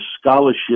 scholarship